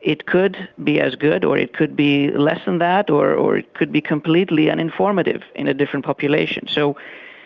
it could be as good or it could be less than that, or or it could be completely uninformative in a different population. so